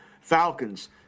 Falcons